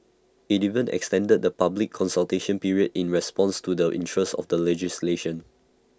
IT even extended the public consultation period in response to the interest in the legislation